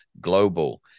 global